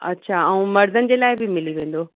अछा ऐं मर्दनि जे लाइ बि मिली वेंदो